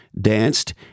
danced